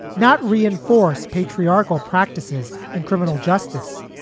not reinforce, patriarchal practices in criminal justice.